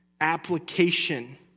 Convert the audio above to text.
application